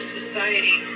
society